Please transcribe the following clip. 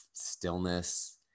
stillness